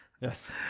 Yes